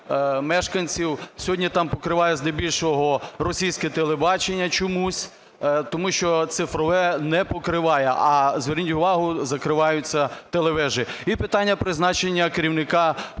мешканців. Сьогодні там покриває здебільшого російське телебачення чомусь. Тому що цифрове не покриває. А зверніть увагу, закриваються телевежі. І питання призначення керівника